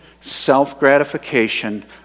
self-gratification